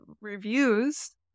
reviews